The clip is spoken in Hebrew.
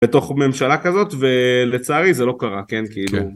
לתוך ממשלה כזאת ולצערי זה לא קרה כן כאילו.